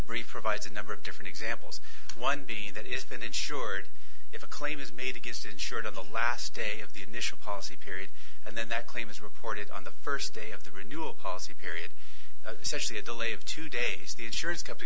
briefer vice a number of different examples one being that if an insured if a claim is made against insured on the last day of the initial policy period and then that claim is reported on the first day of the renewal policy period especially a delay of two days the insurance company